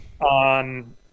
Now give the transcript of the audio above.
on